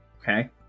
Okay